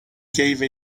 gave